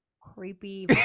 creepy